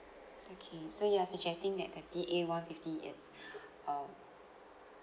okay so ya it's interesting that the D_A one fifty it's um